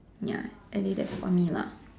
ya at least that's for me lah